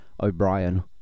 O'Brien